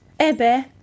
Ebe